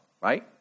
right